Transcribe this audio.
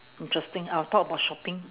interesting I'll talk about shopping